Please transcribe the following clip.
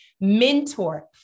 mentor